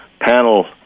panel